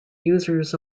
users